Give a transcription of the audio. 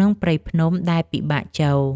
នុងព្រៃភ្នំដែលពិបាកចូល។